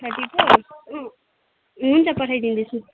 thirty four हुन्छ पठाइदिँदैछु